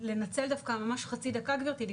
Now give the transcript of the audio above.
לנצל ממש חצי דקה גבירתי,